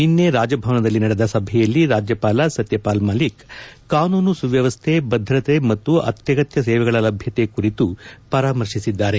ನಿನ್ನೆ ರಾಜಭವನದಲ್ಲಿ ನಡೆದ ಸಭೆಯಲ್ಲಿ ರಾಜ್ಯಪಾಲ ಸತ್ಯಪಾಲ್ ಮಲ್ಲಿಕ್ ಕಾನೂನು ಸುವ್ಯವಸ್ಥೆ ಭದ್ರತೆ ಮತ್ತು ಅತ್ಯಗತ್ಯ ಸೇವೆಗಳ ಲಭ್ಯತೆ ಕುರಿತು ಪರಾಮರ್ಶಿಸಿದ್ದಾರೆ